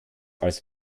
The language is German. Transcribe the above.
als